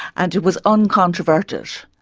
and it was uncontroverted,